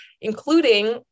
including